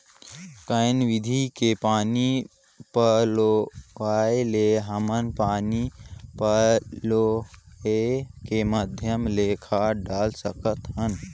कौन विधि के पानी पलोय ले हमन पानी पलोय के माध्यम ले खाद डाल सकत हन?